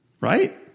right